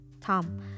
Tom